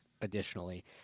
additionally